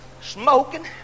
smoking